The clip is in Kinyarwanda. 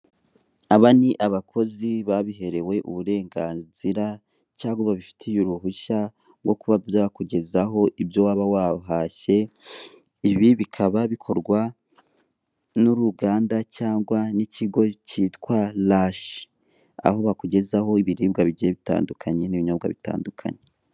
Aba ni abakozi babiherewe uburenganzira cyangwa babafitiye uruhushya, bwo kuba byakugezaho ibyo waba wahashye, ibi bikaba bikorwa n'uruganda cyangwa n'ikigo cyitwa rashi, aho bakugezeho ibiribwa bigiye bitandukanye n'ibinyobwa bitandukanye.